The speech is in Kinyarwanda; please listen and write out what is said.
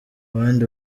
bandi